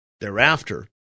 Thereafter